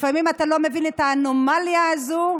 לפעמים אתה לא מבין את האנומליה הזו,